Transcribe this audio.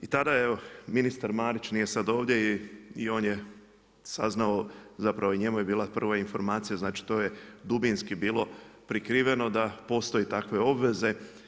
I tada je evo, ministar Marić nije sada ovdje i on je saznao, zapravo i njemu je bila prva informacija, znači to je dubinski bilo prikriveno da postoje takve obveze.